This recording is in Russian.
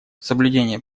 соблюдение